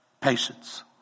patience